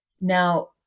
now